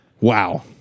Wow